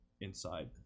inside